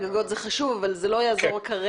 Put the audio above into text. סולרי על גגות, זה חשוב, אפילו מאוד חשוב,